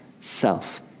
self